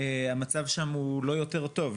המצב שם הוא לא יותר טוב.